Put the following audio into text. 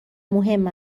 مهم